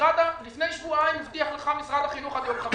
לפני שבועיים הבטיח לך משרד החינוך שזה יהיה ביום חמישי.